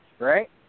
right